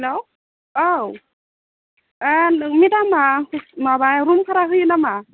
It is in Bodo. हेल' औ ओ नों मेडामआ माबा रुम भारा होयो नामा